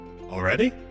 Already